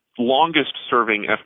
longest-serving